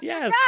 Yes